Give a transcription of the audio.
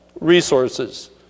resources